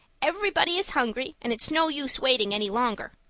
everybody is hungry and it's no use waiting any longer.